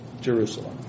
Jerusalem